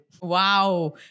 Wow